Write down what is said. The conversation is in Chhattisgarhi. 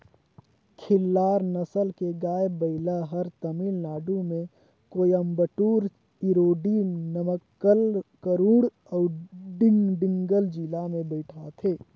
खिल्लार नसल के गाय, बइला हर तमिलनाडु में कोयम्बटूर, इरोडे, नमक्कल, करूल अउ डिंडिगल जिला में भेंटाथे